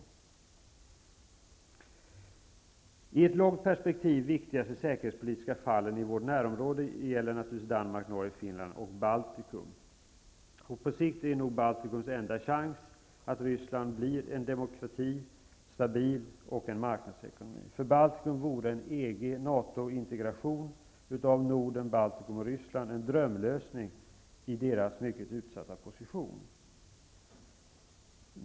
De i ett långt perspektiv viktigaste säkerhetspolitiska fallen i vårt närområde gäller Danmark, Norge, Finland och Baltikum. På sikt är nog Baltikums enda chans att Ryssland blir en demokratisk stabil marknadsekonomi. För de baltiska staterna vore en EG-/NATO-integration av Norden, Baltikum och Ryssland en drömlösning i deras mycket utsatta position.